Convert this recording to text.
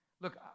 Look